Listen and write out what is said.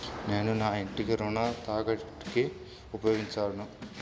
నేను నా ఇంటిని రుణ తాకట్టుకి ఉపయోగించాను